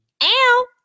Ow